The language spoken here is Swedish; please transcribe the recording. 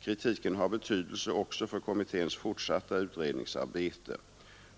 Kritiken har betydelse också för